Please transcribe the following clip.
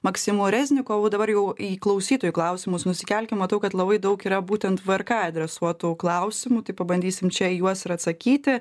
maksimu reznikovu dabar jau į klausytojų klausimus nusikelkim matau kad labai daug yra būtent vrk adresuotų klausimų tai pabandysim čia juos ir atsakyti